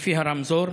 לפי הרמזור.